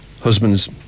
husband's